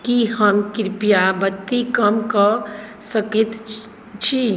की हम कृपया बत्ती कम कऽ सकैत छी